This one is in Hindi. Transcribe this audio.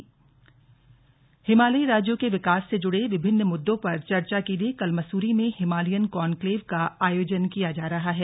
हिमालयन कॉनक्लेव हिमालयी राज्यों के विकास से जुड़े विभिन्न मुद्दो पर चर्चा के लिए कल मसूरी में हिमालयन कॉन्क्लेव का आयोजन किया जा रहा है